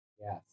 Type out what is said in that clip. Yes